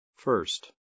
First